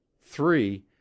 three